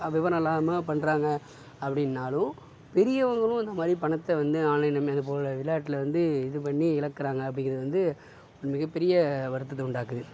அப்பப்போ நல்ல விதமாக பண்ணுறாங்க அப்படின்னாலும் பெரியவங்களும் வந்து இதை மாதிரி பணத்தை வந்து ஆன்லைன் ரம்மி அது போல் விளையாட்டில் வந்து இது பண்ணி இழக்கிறாங்க அப்படிங்குறது வந்து மிக பெரிய வருத்தத்தை உண்டாக்குது